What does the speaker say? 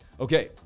Okay